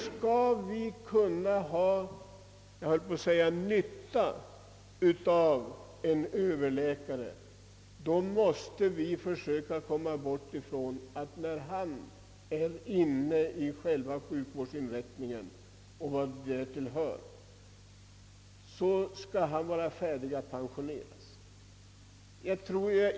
Skall vi kunna ha — jag höll på att säga — nytta av en överläkare, måste vi försöka undvika att han är färdig att pensioneras när han väl hunnit sätta sej in i sjukvårdsinrättningens arbete och vad därtill hör.